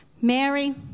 Mary